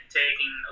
taking